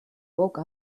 woke